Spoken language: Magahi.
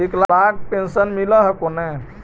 विकलांग पेन्शन मिल हको ने?